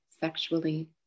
sexually